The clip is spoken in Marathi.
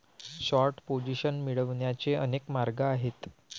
शॉर्ट पोझिशन मिळवण्याचे अनेक मार्ग आहेत